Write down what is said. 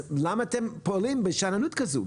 אז למה אתם פועלים בשאננות כזו?